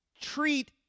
treat